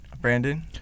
Brandon